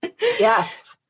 yes